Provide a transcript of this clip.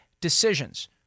decisions